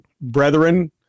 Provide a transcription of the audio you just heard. brethren